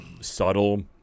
subtle